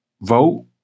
vote